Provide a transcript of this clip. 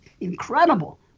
incredible